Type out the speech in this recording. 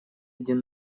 один